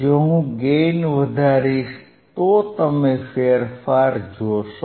જો હું ગેઇન વધારીશ તો તમે ફેરફાર જોશો